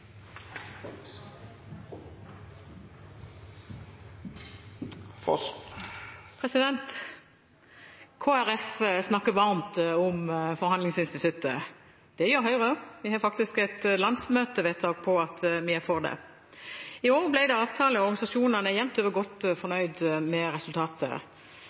replikkordskifte. Kristelig Folkeparti snakker varmt om forhandlingsinstituttet. Det gjør Høyre også. Vi har faktisk et landsmøtevedtak på at vi er for det. I år ble det avtale, og organisasjonene er jevnt over godt fornøyd med resultatet,